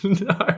No